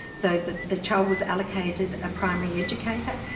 so the the child was allocated a primary educator,